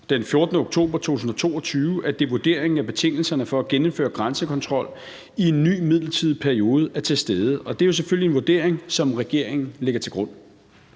den 14. oktober 2022, at det er vurderingen, at betingelserne for at genindføre grænsekontrol i en ny midlertidig periode er til stede. Og det er jo selvfølgelig en vurdering, som regeringen lægger til grund.